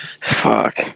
Fuck